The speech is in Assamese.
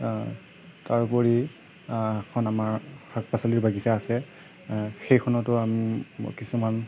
তাৰোপৰি এখন আমাৰ শাক পাচলিৰ বাগিচা আছে সেইখনতো আমি কিছুমান